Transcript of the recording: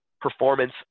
performance